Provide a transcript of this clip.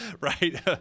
right